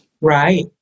Right